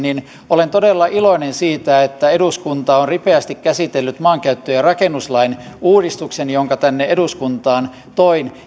olen todella iloinen siitä että eduskunta on ripeästi käsitellyt maankäyttö ja rakennuslain uudistuksen jonka tänne eduskuntaan toin